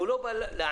הוא לא בא להעניק.